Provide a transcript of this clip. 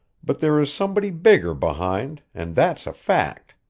but there is somebody bigger behind, and that's a fact.